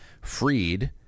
freed